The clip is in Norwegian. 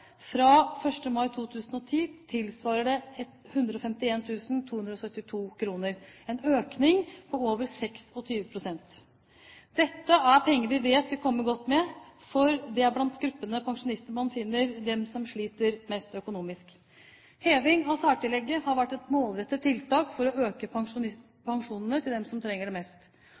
Fra 1. mai 2010 tilsvarer den 151 272 kr, en økning på over 26 pst. Dette er penger vi vet vil komme godt med, for det er blant denne gruppen pensjonister vi finner dem som sliter mest økonomisk. Heving av særtillegget har vært et målrettet tiltak for å øke pensjonene til dem som trenger det mest.